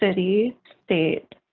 city, state,